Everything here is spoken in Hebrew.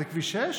כי זה כביש 6,